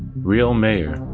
re-l mayer,